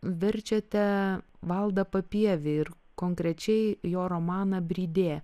verčiate valdą papievį ir konkrečiai jo romaną brydė